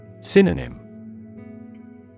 Synonym